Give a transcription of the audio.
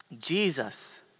Jesus